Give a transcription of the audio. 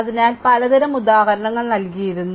അതിനാൽ പലതരം ഉദാഹരണങ്ങൾ നൽകിയിരിക്കുന്നു